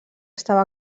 estava